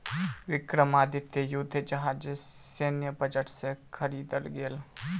विक्रमादित्य युद्ध जहाज सैन्य बजट से ख़रीदल गेल